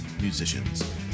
musicians